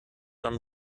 dann